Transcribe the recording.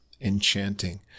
enchanting